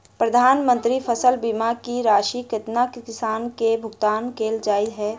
प्रधानमंत्री फसल बीमा की राशि केतना किसान केँ भुगतान केल जाइत है?